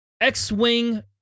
X-Wing